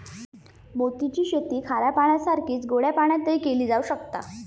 मोती ची शेती खाऱ्या पाण्यासारखीच गोड्या पाण्यातय केली जावक शकता